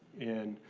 and